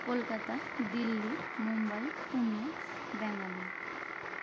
Kolkata Delhi Mumbai Pune Bangalore